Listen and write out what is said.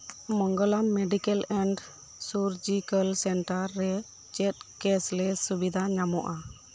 Mangalam medical and surgical centre ᱨᱮ ᱪᱮᱫ cashless ᱥᱤᱵᱤᱫᱷᱟ ᱧᱟᱢᱚᱜᱼᱟ